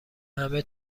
همه